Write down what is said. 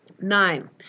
Nine